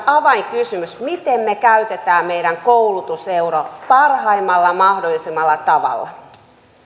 avainkysymys miten me käytämme meidän koulutuseuromme parhaimmalla mahdollisella tavalla